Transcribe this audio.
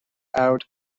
out